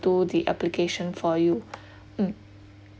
do the application for you mm